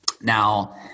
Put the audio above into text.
Now